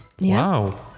Wow